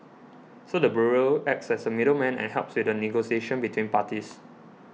so the bureau acts as a middleman and helps with the negotiation between parties